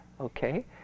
okay